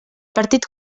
partit